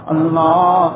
Allah